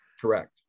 Correct